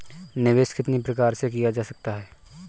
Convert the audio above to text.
निवेश कितनी प्रकार से किया जा सकता है?